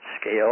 scale